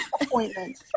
appointment